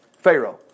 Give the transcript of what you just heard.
Pharaoh